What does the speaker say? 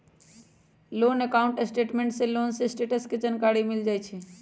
loan account statement से loan के status के जानकारी मिल जाइ हइ